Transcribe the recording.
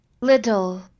Little